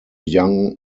young